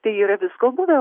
tai yra visko buvę